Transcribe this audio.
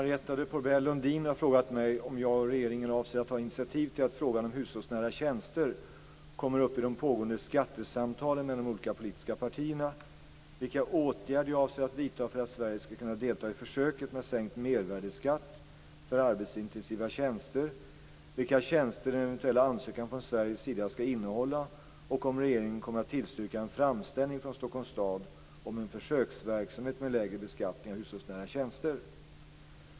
Marietta de Pourbaix-Lundin har frågat mig om jag och regeringen avser att ta initiativ till att frågan om hushållsnära tjänster kommer upp i de pågående skattesamtalen mellan de olika politiska partierna, vilka åtgärder jag avser att vidta för att Sverige skall kunna delta i försöket med sänkt mervärdesskatt för arbetsintensiva tjänster, vilka tjänster en eventuell ansökan från Sveriges sida skall innehålla och om regeringen kommer att tillstyrka en framställan från Stockholms stad om en försöksverksamhet med lägre beskattning av hushållsnära tjänster.